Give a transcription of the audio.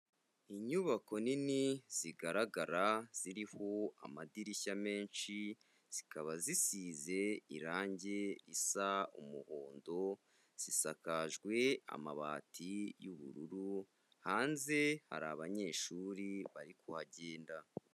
Inyubako nini zigaragara ziriho amadirishya menshi, zikaba zisize irange risa umuhondo, zisakajwe amabati y'ubururu, hanze hari abanyeshuri bari kuhagenda.